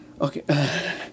okay